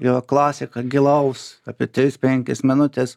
yra klasika gilaus apie tris penkias minutes